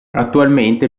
attualmente